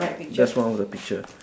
just one of the picture